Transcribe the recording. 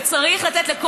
וצריך לתת,